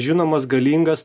žinomas galingas